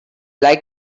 like